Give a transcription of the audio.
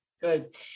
Good